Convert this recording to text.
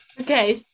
okay